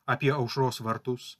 apie aušros vartus